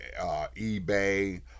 eBay